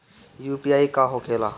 UPI का होखेला?